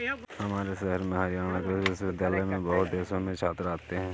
हमारे शहर में हरियाणा कृषि विश्वविद्यालय में बहुत देशों से छात्र आते हैं